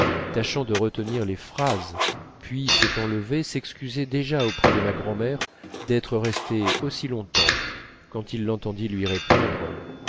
tâchant de retenir les phrases puis s'étant levé s'excusait déjà auprès de ma grand'mère d'être resté aussi longtemps quand il l'entendit lui répondre